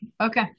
Okay